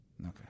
Okay